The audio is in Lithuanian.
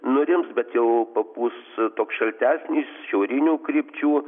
nurims bet jau papūs toks šaltesnis šiaurinių krypčių